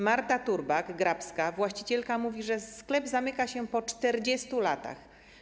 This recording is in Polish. Marta Turbak-Grabska - właścicielka mówi: sklep zamyka się po 40 latach.